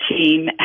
Team